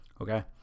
okay